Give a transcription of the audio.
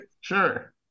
sure